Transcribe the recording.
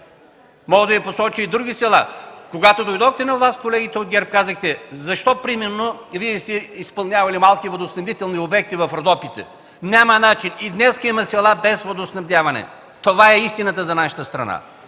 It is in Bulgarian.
Мога да Ви посоча и други села! Когато дойдохте на власт, колеги от ГЕРБ, казахте: защо примерно Вие сте изпълнявали малки водоснабдителни обекти в Родопите? Няма начин! И днес има села без водоснабдяване! Това е истината за нашата страна!